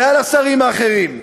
ועל השרים האחרים,